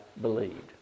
believed